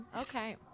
Okay